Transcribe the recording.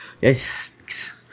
yes